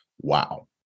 wow